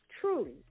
truly